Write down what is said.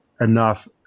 enough